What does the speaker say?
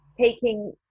taking